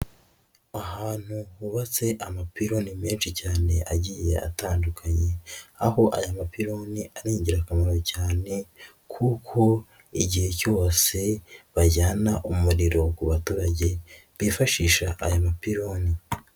Ahantu hubatse amapironi menshi cyane agiye atandukanye, aho aya mapironi ari ingirakamaro cyane kuko igihe cyose bajyana umuriro ku baturage, bifashisha aya mapironi.